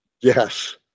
yes